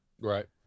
Right